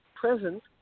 present